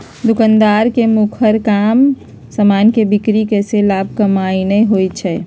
दोकानदार के मुखर काम समान के बिक्री कऽ के लाभ कमानाइ होइ छइ